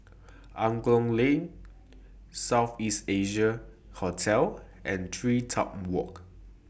Angklong Lane South East Asia Hotel and TreeTop Walk